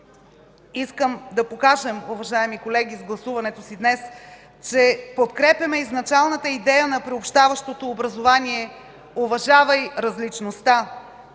Искам да покажем, уважаеми колеги, с гласуването си днес, че подкрепяме изначалната идея на приобщаващото образование: „Уважавай различността“.